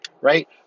right